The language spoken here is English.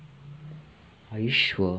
are you sure